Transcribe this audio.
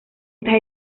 estas